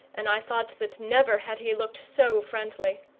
and i thought that never had he looked so friendly.